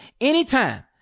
anytime